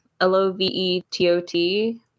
L-O-V-E-T-O-T